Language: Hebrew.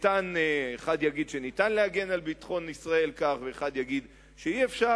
אחד יגיד שניתן להגן על ביטחון ישראל כך ואחד יגיד שאי-אפשר.